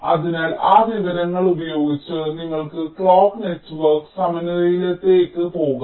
അതിനാൽ ആ വിവരങ്ങൾ ഉപയോഗിച്ച് നിങ്ങൾക്ക് ക്ലോക്ക് നെറ്റ്വർക്ക് സമന്വയത്തിലേക്ക് പോകാം